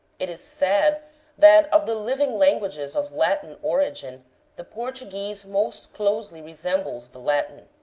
it is said that of the living languages of latin origin the portuguese most closely resembles the latin.